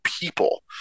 people